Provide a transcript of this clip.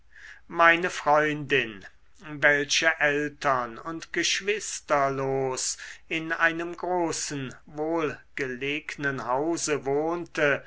meine freundin welche eltern und geschwisterlos in einem großen wohlgelegnen hause wohnte